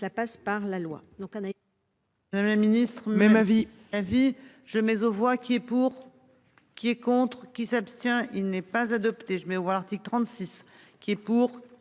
cela passe par la loi